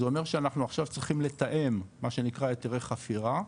זה אומר שעכשיו אנחנו צריכים לתאם מה שנקרא היתרי חפירה,